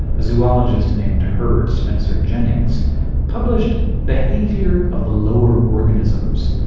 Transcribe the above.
a zoologist named herbert spencer jennings published behavior of the lower organisms,